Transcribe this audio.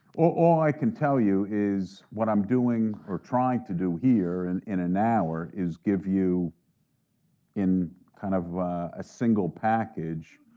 all i can tell you is what i'm doing, or trying to do here and in an hour is give you in kind of a single package,